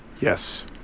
Yes